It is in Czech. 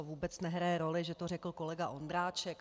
Vůbec nehraje roli, že to řekl kolega Ondráček.